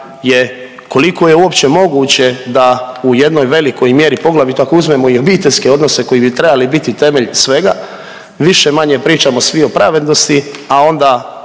je koliko je uopće moguće da u jednoj velikoj mjeri, poglavito ako uzmemo i obiteljske odnose koji bi trebali biti temelj svega više-manje pričamo svi o pravednosti, a onda